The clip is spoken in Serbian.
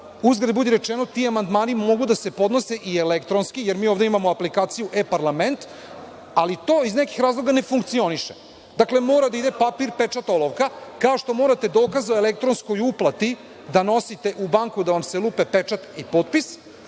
Uzgred budi rečeno, ti amandmani mogu da se podnose i elektronski, jer mi ovde imamo aplikaciju e-parlament, ali to iz nekih razloga ne funkcioniše. Dakle, mora da ide papir, pečat, olovka, kao što morate dokaz o elektronskoj uplati da nosite u banku da vam se lupe pečat i potpis,